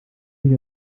sich